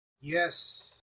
Yes